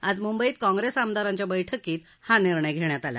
आज मंबईत काँग्रेस आमदारांच्या बैठकीत हा निर्णय घेण्यात आला